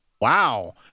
Wow